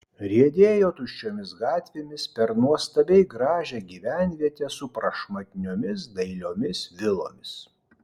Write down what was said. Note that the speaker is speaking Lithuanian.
riedėjo tuščiomis gatvėmis per nuostabiai gražią gyvenvietę su prašmatniomis dailiomis vilomis